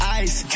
ice